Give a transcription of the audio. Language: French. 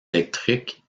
électriques